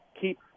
keep